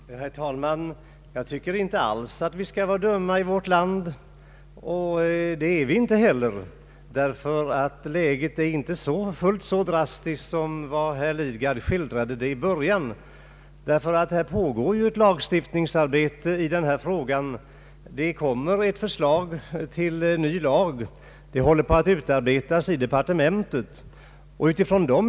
Herr talman! Jag tycker inte alls vi skall vara dumma i vårt land, och det är vi inte heller, ty läget är inte fullt så drastiskt som herr Lidgard skildrade det i början. Det pågår ju ett lagstiftningsarbete i denna fråga, och ett förslag till ny lag håller på att utarbetas i departementet.